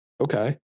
Okay